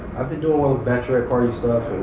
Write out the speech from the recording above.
i've been a little of centric party stuff